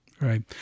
Right